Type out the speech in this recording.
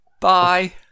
Bye